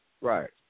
Right